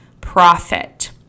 profit